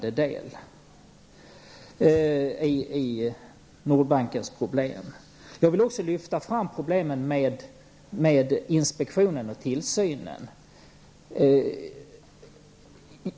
I stället är den en betydande del i problemen. Jag vill också lyfta fram problemen med inspektionen och tillsynen.